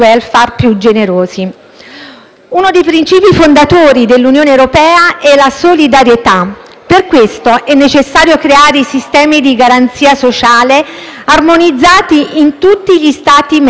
per questo è necessario creare sistemi di garanzia sociale armonizzati in tutti gli Stati membri dell'Unione europea; strumenti di sostegno al reddito, politiche occupazionali inclusive,